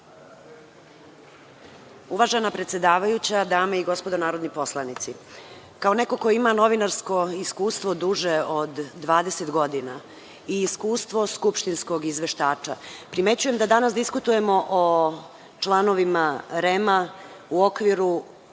Uvažena predsedavajuća, dame i gospodo narodni poslanici, kao neko ko ima novinarsko iskustvo duže od 20 godina i iskustvo skupštinskog izveštača, primećujem da danas diskutujemo o članovima REM-a u okviru